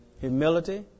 Humility